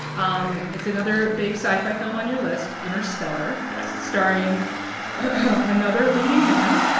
um it's another big sci-fi film on your list, interstellar. yes. starring another leading man.